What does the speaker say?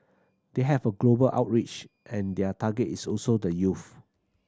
they have a global outreach and their target is also the youth